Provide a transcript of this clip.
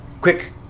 Quick